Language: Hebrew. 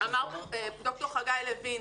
אמר ד"ר חגי לוין,